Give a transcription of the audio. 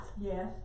Yes